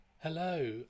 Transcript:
Hello